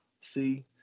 See